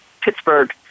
Pittsburgh